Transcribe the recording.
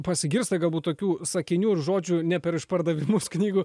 pasigirsta galbūt tokių sakinių žodžių ne per išpardavimus knygų